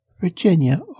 Virginia